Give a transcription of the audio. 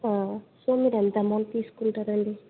so మీరు ఎంత amount తీసుకుంటారు అండి